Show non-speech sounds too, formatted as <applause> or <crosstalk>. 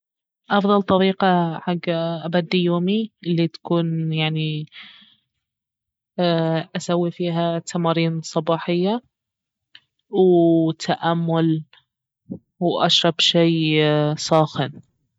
افضل طريقة حق ابدي يومي الي تكون يعني <hesitation> اسوي فيها تمارين صباحية وتأمل واشرب شيء صاخن